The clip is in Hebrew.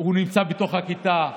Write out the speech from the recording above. הוא נמצא בתוך הכיתה,